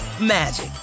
magic